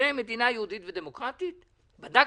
זאת מדינה יהודית ודמוקרטית, בדקתם?